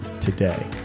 today